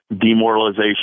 demoralization